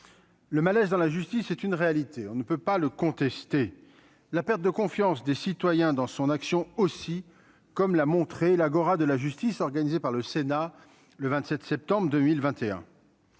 le malaise dans la justice, c'est une réalité, on ne peut pas le contester la perte de confiance des citoyens dans son action, aussi, comme l'a montré l'Agora de la justice, organisé par le Sénat le 27 septembre 2021.